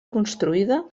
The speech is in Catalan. construïda